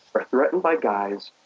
are threatened by guys,